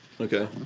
Okay